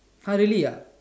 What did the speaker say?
!huh! really ah